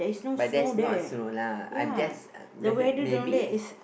but that's not a snow lah I just uh just maybe